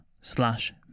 slash